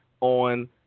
on